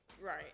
right